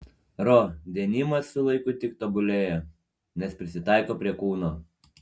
ro denimas su laiku tik tobulėja nes prisitaiko prie kūno